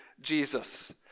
Jesus